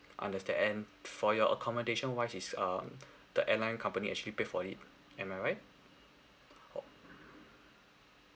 understand and for your accommodation wise is um the airline company actually paid for it am I right